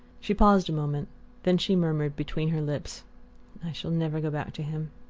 she paused a moment then she murmured between her lips shall never go back to him.